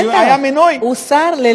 הוא שר?